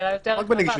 על כל פנים,